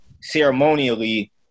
ceremonially